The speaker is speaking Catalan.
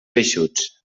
eixuts